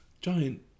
giant